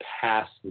past